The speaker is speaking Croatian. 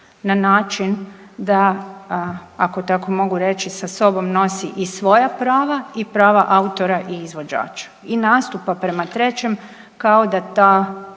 na način da ako tako mogu reći sa sobom nosi i svoja prava i prava autora i izvođača i nastupa prema trećem kao da ta